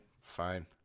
fine